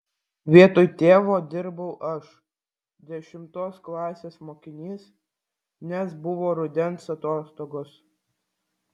vietoj tėvo dirbau aš dešimtos klasės mokinys nes buvo rudens atostogos